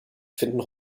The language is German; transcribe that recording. finden